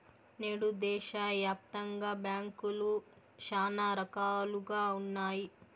నేడు దేశాయాప్తంగా బ్యాంకులు శానా రకాలుగా ఉన్నాయి